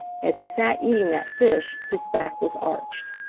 as he sat eating that fish, his back was arched.